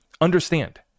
Understand